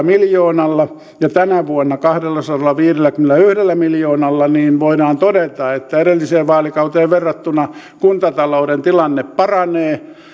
miljoonalla ja tänä vuonna kahdellasadallaviidelläkymmenelläyhdellä miljoonalla niin voidaan todeta että edelliseen vaalikauteen verrattuna kuntatalouden tilanne paranee